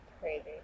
Crazy